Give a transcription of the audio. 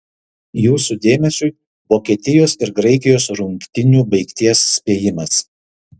jūsų dėmesiui vokietijos ir graikijos rungtynių baigties spėjimas